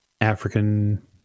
African